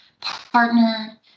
partner